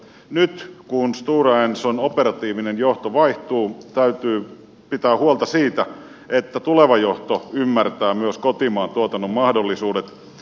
nyt kun stora enson operatiivinen johto vaihtuu täytyy pitää huolta siitä että tuleva johto ymmärtää myös kotimaan tuotannon mahdollisuudet